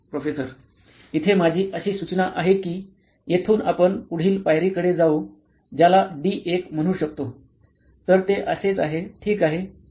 professor इथे माझी अशी सूचना आहे की येथून आपण पुढील पायरीकडे जाऊ ज्याला डी 1 म्हणू शकतो तर ते असेच आहे ठीक आहे